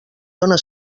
dóna